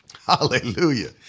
Hallelujah